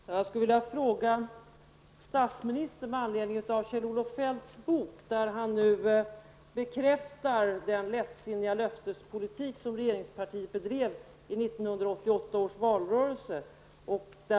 Herr talman! Jag skulle vilja ställa en fråga till statsministern med anledning av Kjell-Olof Feldts bok, i vilken denne bekräftar den lättsinniga löftespolitik som regeringspartiet bedrev i 1988 års valrörelse.